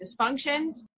dysfunctions